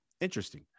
Interesting